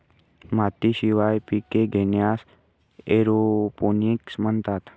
मातीशिवाय पिके घेण्यास एरोपोनिक्स म्हणतात